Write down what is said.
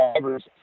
drivers